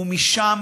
ומשם